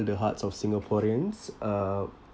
the hearts of singaporeans uh